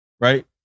right